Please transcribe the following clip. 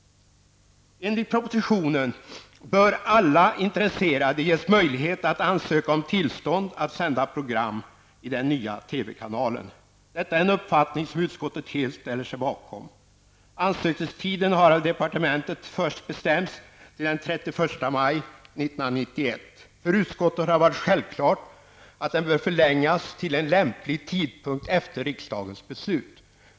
Enligt propositionen bör alla intresserade ges möjlighet att ansöka om tillstånd att sända program i den nya TV-kanalen. Detta är en uppfattning som utskottet helt ställer sig bakom. Ansökningstiden har av departementet först bestämts till den 31 maj 1991. Det har varit självklart för utskottet att den bör förlängas till en lämplig tidpunkt efter riksdagens beslut.